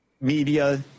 media